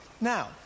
Now